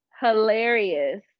hilarious